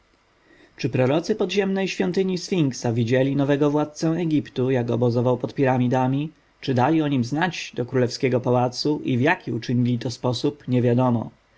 czy prorocy podziemnej świątyni sfinksa widzieli nowego władcę egiptu jak obozował pod piramidami czy dali o nim znać do królewskiego pałacu i w jaki uczynili to sposób niewiadomo